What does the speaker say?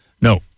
no